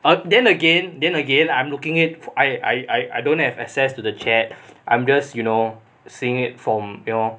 and then again then again I'm looking it I I don't have access to the chat I'm just you know seeing it from your